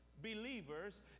believers